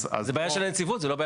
זו בעיה שלי.